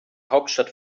hauptstadt